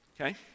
Okay